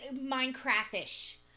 Minecraft-ish